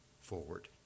forward